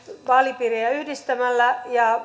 vaalipiirejä yhdistämällä ja